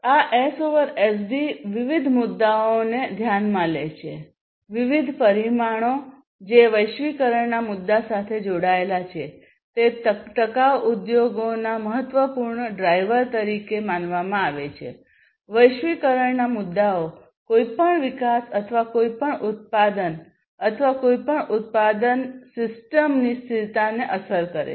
આ SSD S over SD વિવિધ મુદ્દાઓને ધ્યાનમાં લે છે વિવિધ પરિમાણો જે વૈશ્વિકરણના મુદ્દા સાથે જોડાયેલા છે તે ટકાઉ ઉદ્યોગોના મહત્વપૂર્ણ ડ્રાયવર તરીકે માનવામાં આવે છે વૈશ્વિકરણના મુદ્દાઓ કોઈપણ વિકાસ અથવા કોઈપણ ઉત્પાદન અથવા કોઈપણ ઉત્પાદન સિસ્ટમની સ્થિરતાને અસર કરે છે